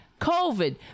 COVID